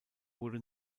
wurde